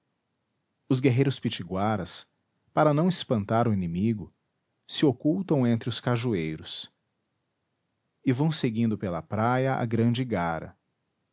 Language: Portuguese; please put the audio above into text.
os guerreiros pitiguaras para não espantar o inimigo se ocultam entre os cajueiros e vão seguindo pela praia a grande igara